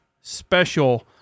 special